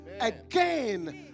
again